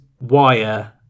wire